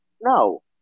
No